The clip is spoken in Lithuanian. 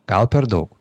gal per daug